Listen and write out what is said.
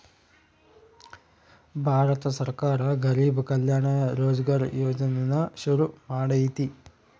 ಭಾರತ ಸರ್ಕಾರ ಗರಿಬ್ ಕಲ್ಯಾಣ ರೋಜ್ಗರ್ ಯೋಜನೆನ ಶುರು ಮಾಡೈತೀ